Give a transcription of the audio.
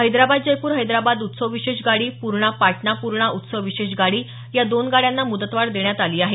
हैदराबाद जयपूर हैदराबाद उत्सव विशेष गाडी पूर्णा पाटणा पूर्णा उत्सव विशेष गाडी या दोन गाड्यांना मुदतवाढ देण्यात आली आहे